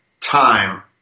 time